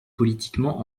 politiquement